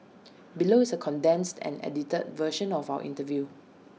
below is A condensed and edited version of our interview